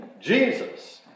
Jesus